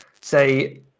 say